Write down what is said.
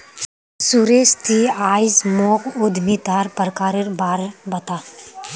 सुरेश ती आइज मोक उद्यमितार प्रकारेर बा र बता